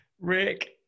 Rick